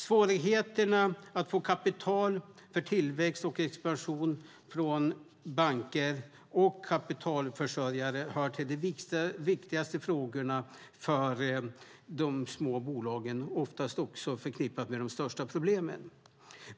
Svårigheterna att få kapital för tillväxt och expansion från banker och kapitalförsörjare hör till de viktigaste frågorna för de små bolagen, oftast också förknippat med de största problemen.